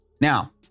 Now